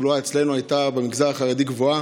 כשהתחלואה אצלנו במגזר החרדי הייתה גבוהה,